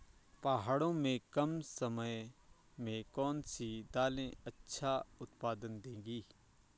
पहाड़ों में कम समय में कौन सी दालें अच्छा उत्पादन देंगी?